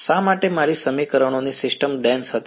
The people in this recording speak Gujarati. શા માટે મારી સમીકરણોની સિસ્ટમ ડેન્સ હતી